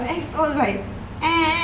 your ex all like